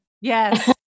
Yes